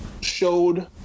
showed